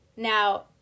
Now